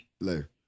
Later